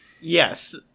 yes